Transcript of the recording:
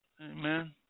Amen